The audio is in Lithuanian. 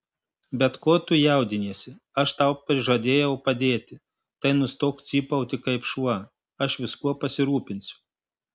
bet ko tu jaudiniesi aš tau prižadėjau padėti tai nustok cypauti kaip šuo aš viskuo pasirūpinsiu